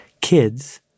Kids